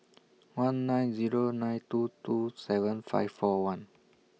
one nine Zero nine two two seven five four one